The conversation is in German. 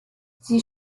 sie